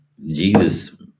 Jesus